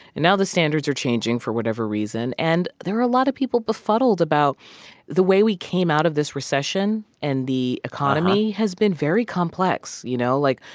and now the standards are changing for whatever reason. and there are a lot of people befuddled about the way we came out of this recession. and the economy has been very complex, you know? like,